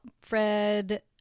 Fred